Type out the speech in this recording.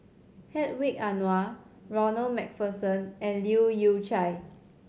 Hedwig Anuar Ronald Macpherson and Leu Yew Chye